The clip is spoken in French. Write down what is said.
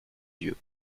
dieu